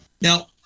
Now